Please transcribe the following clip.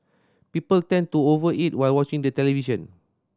people tend to over eat while watching the television